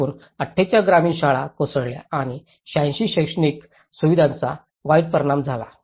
एकूण 48 ग्रामीण शाळा कोसळल्या आणि 86 शैक्षणिक सुविधांचा वाईट परिणाम झाला